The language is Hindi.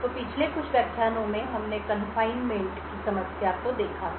तो पिछले कुछ व्याख्यानों में हमने कन्फाइनमेंटकारावास की समस्या को देखा था